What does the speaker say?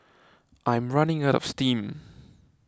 I'm running out of steam